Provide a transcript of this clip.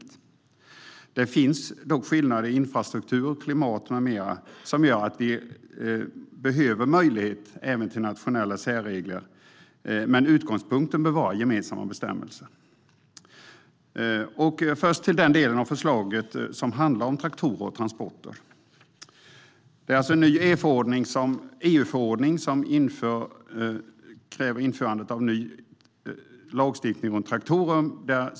Det finns skillnader i infrastruktur, klimat med mera som gör att vi kan behöva nationella särregler, men utgångspunkten bör vara gemensamma bestämmelser. Låt mig först ta upp den del av förslaget som handlar om traktorer och transporter. En ny EU-förordning kräver ny lagstiftning för traktorer.